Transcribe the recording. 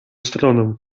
stronę